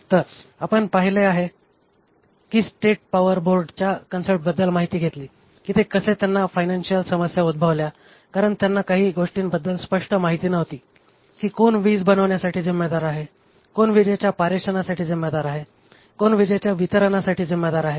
तर आपण पहिले आहे की स्टेट पोवार बोर्डच्या कॉन्सेप्टबद्दल माहिती घेतली की कसे त्यांना फायनांशीअल समस्या उद्भवल्या कारण त्यांना काही गोष्टींबद्दल स्पष्ट माहिती नव्हती की कोण वीज बनवण्यासाठी जिम्मेदार आहे कोण विजेच्या पारेषणासाठी जिम्मेदार आहे कोण विजेच्या वितरणासाठी जिम्मेदार आहे